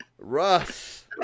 Russ